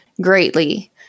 greatly